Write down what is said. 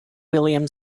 william